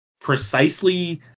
precisely